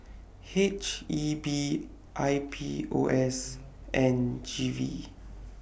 H E B I P O S and G V